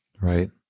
right